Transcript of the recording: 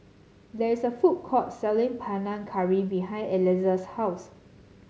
there is a food court selling Panang Curry behind Elissa's house